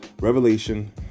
revelation